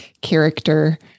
character